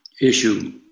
issue